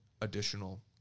additional